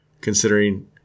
considering